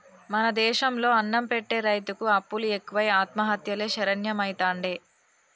మన దేశం లో అన్నం పెట్టె రైతుకు అప్పులు ఎక్కువై ఆత్మహత్యలే శరణ్యమైతాండే